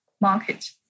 market